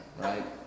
right